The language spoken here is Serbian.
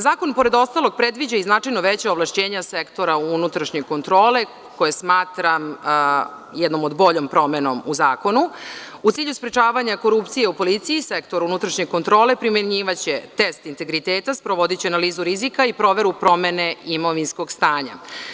Zakon, pored ostalog predviđa i značajno veća ovlašćenja Sektora unutrašnje kontrole za šta smatram jednom od boljom promenom u zakonu, u cilju sprečavanja korupcije u policiji, Sektoru unutrašnje kontrole, primenjivaće test integriteta, sprovodiće analizu rizika i proveru promene imovinskog stanja.